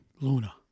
Luna